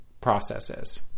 processes